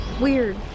weird